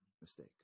mistake